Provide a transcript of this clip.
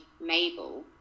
Mabel